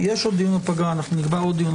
בפגרה.